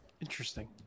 Interesting